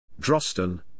Drosten